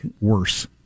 worse